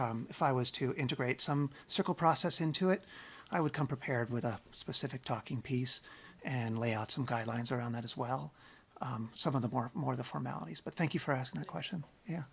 were if i was to integrate some circle process into it i would come prepared with a specific talking piece and lay out some guidelines around that as well some of the more more the formalities but thank you for asking the question yeah